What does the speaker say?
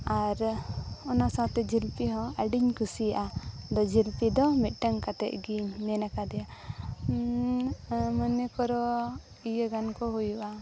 ᱟᱨ ᱚᱱᱟ ᱥᱟᱶᱛᱮ ᱡᱷᱤᱞᱯᱤ ᱦᱚᱸ ᱟᱹᱰᱤᱧ ᱠᱩᱥᱤᱭᱟᱜᱼᱟ ᱡᱤᱞᱯᱤ ᱫᱚ ᱢᱤᱫᱴᱟᱝ ᱠᱟᱛᱮᱫ ᱜᱤᱧ ᱢᱮᱱ ᱟᱠᱟᱫᱮᱭᱟ ᱢᱚᱱᱮ ᱠᱚᱨᱚ ᱤᱭᱟᱹ ᱜᱟᱱ ᱠᱚ ᱦᱩᱭᱩᱜᱼᱟ